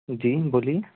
जी बोलिए